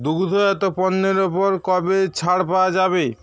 দুগ্ধজাত পণ্যের ওপর কবে ছাড় পাওয়া যাবে